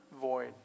void